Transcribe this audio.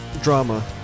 drama